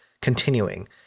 continuing